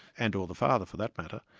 and or the father for that matter,